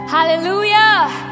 hallelujah